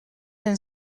een